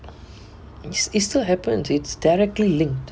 it still happened it's directly linked